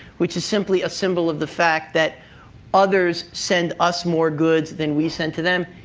which is simply a symbol of the fact that others send us more goods than we send to them,